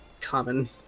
common